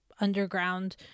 underground